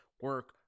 Work